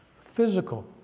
physical